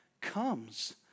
comes